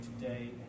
today